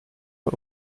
man